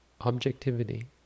objectivity